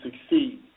succeed